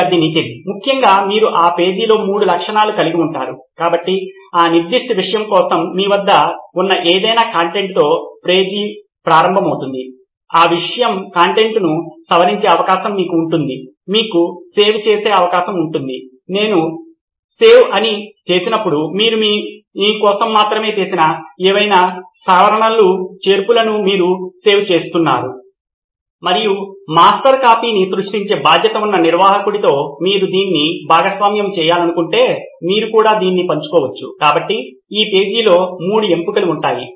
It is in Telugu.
విద్యార్థి నితిన్ ముఖ్యంగా మీరు ఆ పేజీలో మూడు లక్షణాలను కలిగి ఉంటారు కాబట్టి ఆ నిర్దిష్ట విషయం కోసం మీ వద్ద ఉన్న ఏదైనా కంటెంట్తో పేజీ ప్రారంభమవుతుంది ఆ విషయంపై కంటెంట్ను సవరించే అవకాశం మీకు ఉంటుంది మీకు సేవ్ చేసే అవకాశం ఉంటుంది నేను సేవ్ అని చెప్పినప్పుడు మీరు మీ కోసం మాత్రమే చేసిన ఏవైనా సవరణలు లేదా చేర్పులను మీరు సేవ్ చేస్తున్నారు మరియు మాస్టర్ కాపీని సృష్టించే బాధ్యత ఉన్న నిర్వాహకుడితో మీరు దీన్ని భాగస్వామ్యం చేయాలనుకుంటే మీరు కూడా దీన్ని పంచుకోవచ్చు కాబట్టి ఈ పేజీలో మూడు ఎంపికలు ఉంటాయి